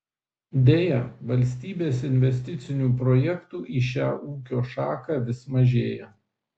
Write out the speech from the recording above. deja valstybės investicinių projektų į šią ūkio šaką vis mažėja